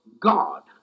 God